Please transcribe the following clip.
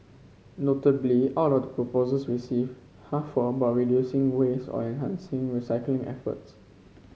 notably out of the proposals received half were about reducing waste or enhancing recycling efforts